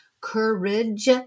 courage